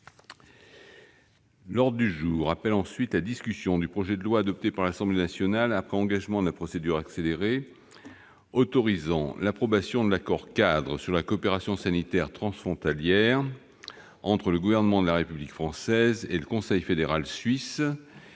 L'ordre du jour appelle la discussion du projet de loi, adopté par l'Assemblée nationale après engagement de la procédure accélérée, autorisant l'approbation de l'accord-cadre sur la coopération sanitaire transfrontalière entre le Gouvernement de la République française et le Conseil fédéral suisse